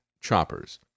choppers